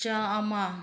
ꯆꯥꯝꯃ